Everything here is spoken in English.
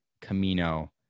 Camino